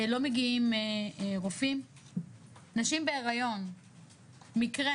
לא מגיעים רופאים, נשים בהריון מקרה